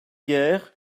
guerre